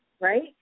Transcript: right